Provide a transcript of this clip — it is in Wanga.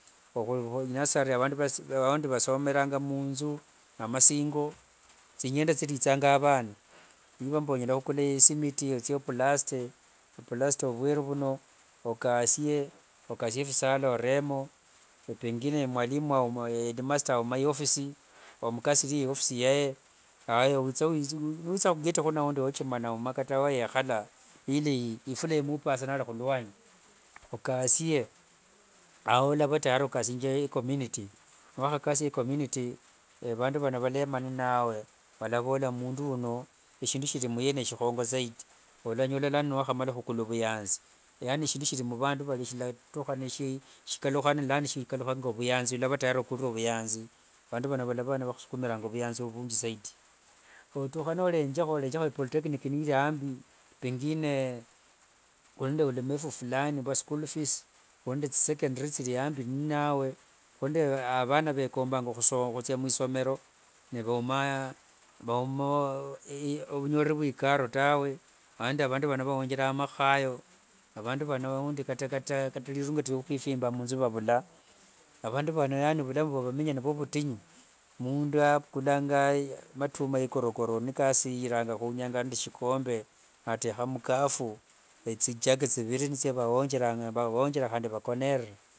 aundi vandu vasomeranga munzu thinyiende thirithanga avana, niva mbu onyala khukula isimiti othie oplaste, oplaste vweru vuno, okasie, okasie visala oremo, nepengine mwalimu headmaster auma iyofisi omukasirie iwofisi yaye. Aya niwitha khugate khuno aundi watchman auma kata wayekhala ili ifula imupanga saa nari khuluanyi, okasie ao olava tayari okasianga i community, niwakhakasia icommunity vandu vano valema ninawe, valavola eshindu shiri muye neshikhongo zaidi olanyola lano niwakhamala khukula vuyanzi, yaani shindu shiri muvandu vano shilatukha ni shikhakukha vulano nishikalukha ngovuyanzi, vandu vano valava nivakhusukumiranga ovuyanzi vungi zaidi. Otukha norenjakho ipoltecnic niriambi pengine ori nde vulemavu fulani vwa school fees, ori nende thisecondery thiliambi ninawe, khuri nende avana vekombanga khuthia mwesomero nivauma ovunyoreri vwicaro tawe, aundi vandu vano vawongereranga makhayo, avandu vano kata aundi rirungeti riakhwifimba munzu vavula, avandu vano yani vulamu vwa vamenya nivwovutinyu, mundu avukulanga matumwa igorogoro nikasiriranga khunyanga nde shikombe natesha nde mukafu thijagi thiviri nithiavaongeranga khandi vakonerera.